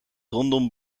rondom